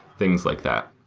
things like that.